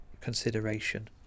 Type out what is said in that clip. consideration